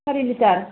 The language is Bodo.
सारि लिटार